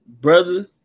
brother